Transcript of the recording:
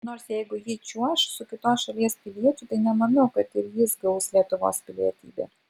nors jeigu ji čiuoš su kitos šalies piliečiu tai nemanau kad ir jis gaus lietuvos pilietybę